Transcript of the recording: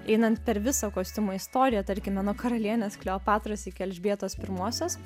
einant per visą kostiumo istoriją tarkime nuo karalienės kleopatros iki elžbietos pirmosios